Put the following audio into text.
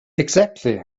exactly